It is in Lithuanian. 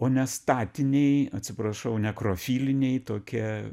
o ne statiniai atsiprašau nekrofiliniai tokie